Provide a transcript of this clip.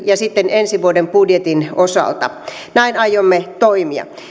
ja sitten ensi vuoden budjetin osalta näin aiomme toimia